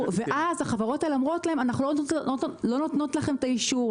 ואז החברות האלו אומרות להן: "אנחנו לא נותנות לכן את האישור,